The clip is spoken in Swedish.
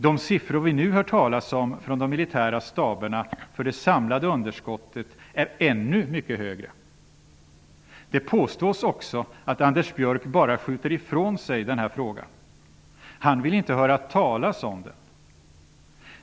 De siffror vi nu hör talas om från de militära staberna för det samlade underskottet är ännu mycket högre. Det påstås också att Anders Björck bara skjuter ifrån sig den här frågan. Han vill inte höra talas om den.